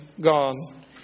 gone